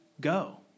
go